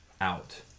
out